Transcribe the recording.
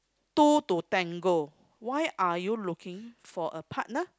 two to tango why are you looking for a partner